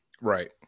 Right